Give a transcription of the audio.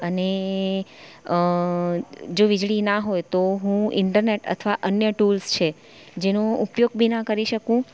અને જો વીજળી ના હોય તો હું ઈન્ટરનેટ અથવા અન્ય ટૂલ્સ છે જેનો ઉપયોગ બી ના કરી શકું